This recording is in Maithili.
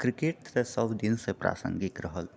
क्रिकेट तऽ सभ दिनसँ प्रासङ्गिक रहल